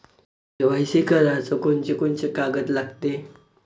KYC कराच कोनचे कोनचे कागद लागते?